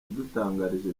yadutangarije